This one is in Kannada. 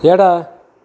ಎಡ